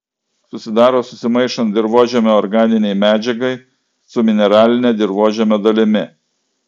susidaro susimaišant dirvožemio organinei medžiagai su mineraline dirvožemio dalimi